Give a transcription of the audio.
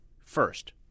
first